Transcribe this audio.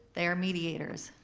they are mediators,